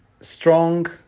strong